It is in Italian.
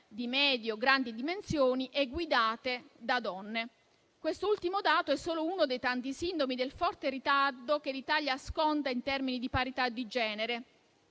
di medie o grandi dimensioni è guidato da donne. Quest'ultimo dato è solo uno dei tanti sintomi del forte ritardo che l'Italia sconta in termini di parità di genere.